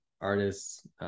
artists